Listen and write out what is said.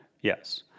Yes